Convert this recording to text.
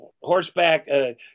horseback